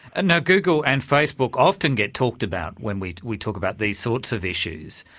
and now google and facebook often get talked about when we we talk about these sorts of issues,